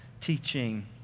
teaching